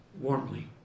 warmly